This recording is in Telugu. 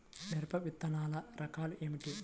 మిరప విత్తనాల రకాలు ఏమిటి?